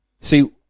See